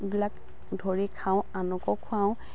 বিলাক ধৰি খাওঁ আনকো খুৱাওঁ